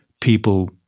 people